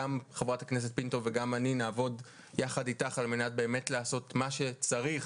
גם חברת הכנסת פינטו וגם אני נעבוד יחד על מנת באמת לעשות מה שצריך